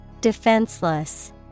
Defenseless